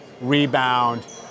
rebound